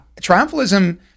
Triumphalism